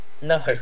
No